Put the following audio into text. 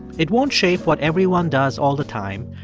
it won't shape what everyone does all the time,